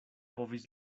povis